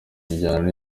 ijana